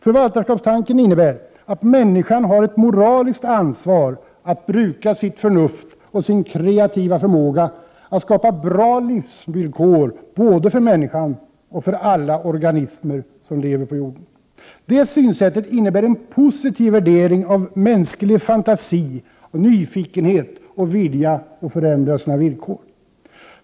Förvaltarskapstanken innebär att människan har ett moraliskt ansvar att bruka sitt förnuft och sin kreativa förmåga att skapa bra livsvillkor både för människan och för alla de organismer som lever på jorden. Det synsättet innebär en positiv värdering av mänsklig fantasi, nyfikenhet och vilja att förändra sina villkor.